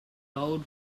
old